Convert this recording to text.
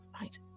Right